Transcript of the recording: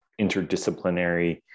interdisciplinary